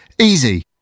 Easy